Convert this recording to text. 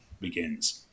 begins